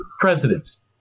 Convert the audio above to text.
presidents